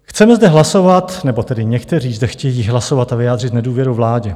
Chceme zde hlasovat nebo tedy někteří zde chtějí hlasovat a vyjádřit nedůvěru vládě.